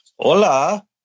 Hola